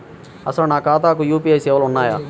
అసలు నా ఖాతాకు యూ.పీ.ఐ సేవలు ఉన్నాయా?